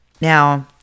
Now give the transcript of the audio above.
Now